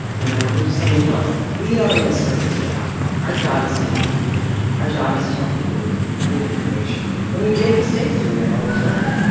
you know, go do something else yeah we are in a service job. our job is to help people. our job is to help people with good information. and we make mistakes doing that all the time.